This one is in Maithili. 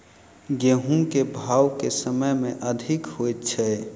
गेंहूँ केँ भाउ केँ समय मे अधिक होइ छै?